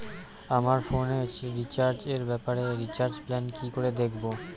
আমার ফোনে রিচার্জ এর ব্যাপারে রিচার্জ প্ল্যান কি করে দেখবো?